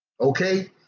Okay